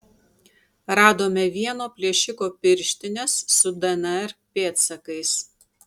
radome vieno plėšiko pirštines su dnr pėdsakais